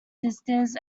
sisters